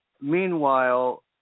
Meanwhile